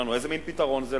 יגידו לנו: איזה מין פתרון זה?